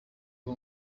ubu